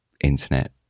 internet